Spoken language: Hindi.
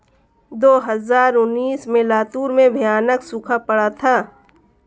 दो हज़ार उन्नीस में लातूर में भयानक सूखा पड़ा था